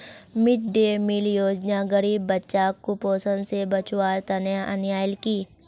mid day meal योजना गरीब बच्चाक कुपोषण स बचव्वार तने अन्याल कि